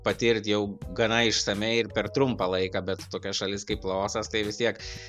patirt jau gana išsamiai ir per trumpą laiką bet tokia šalis kaip laosas tai vis tiek